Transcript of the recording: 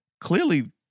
Clearly